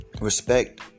respect